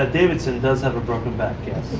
ah davidson, does have a broken back, yes.